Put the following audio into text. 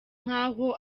nk’aho